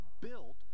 built